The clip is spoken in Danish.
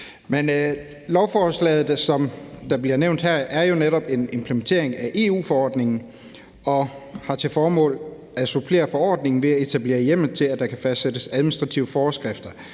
Lovforslaget, som vi behandler her, er jo netop en implementering af EU-forordningen og har til formål at supplere forordningen ved at etablere hjemmel til, at der kan fastsættes administrative forskrifter,